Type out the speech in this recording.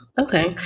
Okay